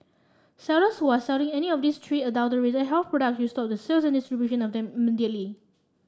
sellers who are selling any of these three adulterated with health products should stop the sales and distribution of them immediately